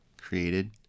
created